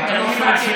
אתה לא שואל שאלות.